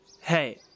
Hey